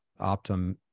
Optum